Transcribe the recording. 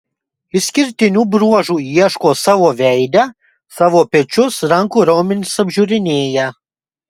išskirtinių bruožų ieško savo veide savo pečius rankų raumenis apžiūrinėja